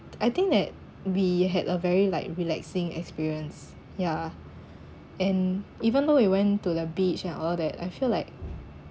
I think that we had a very like relaxing experience yeah and even though we went to the beach and all that I feel like